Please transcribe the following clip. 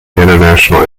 international